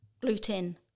gluten